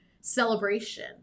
celebration